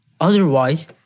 Otherwise